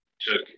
took